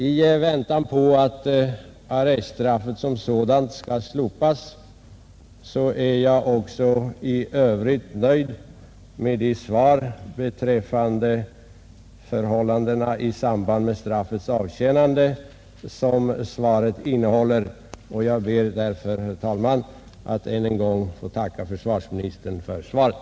I väntan på att arreststraffet som sådant skall slopas är jag också i övrigt nöjd med det besked beträffande förhållandena i samband med straffets avtjänande som svaret innehåller, och jag ber därför, herr talman, att än en gång få tacka försvarsministern för svaret.